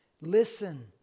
Listen